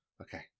Okay